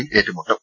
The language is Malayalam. യും ഏറ്റുമുട്ടും